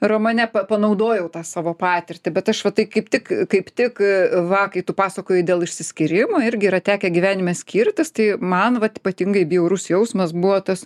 romane panaudojau tą savo patirtį bet aš va tai kaip tik kaip tik va kai tu pasakojai dėl išsiskyrimo irgi yra tekę gyvenime skirtis tai man vat ypatingai bjaurus jausmas buvo tos